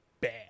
bad